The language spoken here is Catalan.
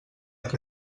que